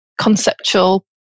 conceptual